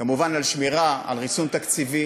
כמובן שמירה על ריסון תקציבי,